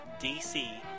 DC